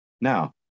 Now